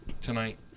Tonight